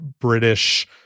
British